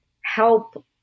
help